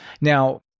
Now